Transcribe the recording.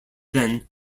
then